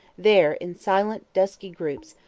there, in silent, dusky groups,